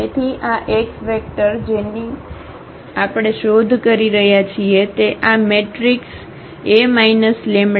તેથી આ x vector જેની આપણે શોધી રહ્યા છીએ તે આ મેટ્રિક્સ A λI